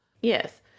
Yes